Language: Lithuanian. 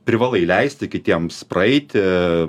privalai leisti kitiems praeiti